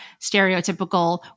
stereotypical